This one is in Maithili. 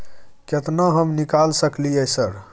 केतना हम निकाल सकलियै सर?